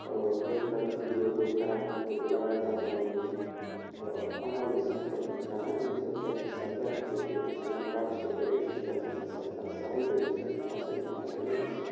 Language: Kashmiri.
بِل ترتیٖب روزو کَران لگاتار روزو یہِ عمل أسۍ اَتھ پٮ۪ٹھ کَران اَمہِ سۭتۍ کیٛاہ چھِ سپدان اَمہِ سۭتۍ چھِ یِم زَن سٲنۍ کاشتٕکٲری چھِ سُہ ہَسا چھِ سپدان سہل بیٚیہِ چھِ سُہ اَسہِ فَصٕل نیران واریاہ اَصٕل